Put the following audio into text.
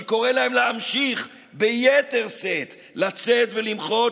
אני קורא להם להמשיך ביתר שאת לצאת ולמחות